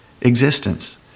existence